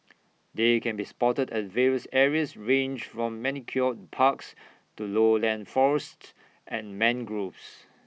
they can be spotted at various areas ranged from manicured parks to lowland forests and mangroves